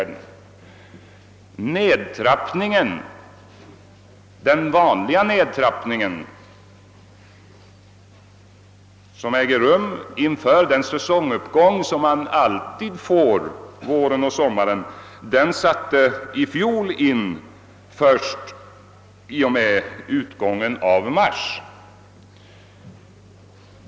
Den vanliga nedtrappning, som sker inför säsonguppgången under våren och sommaren, satte i fjol in först vid mars månads utgång.